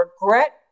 regret